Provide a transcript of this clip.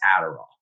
Adderall